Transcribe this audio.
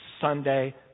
Sunday